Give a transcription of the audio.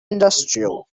industrial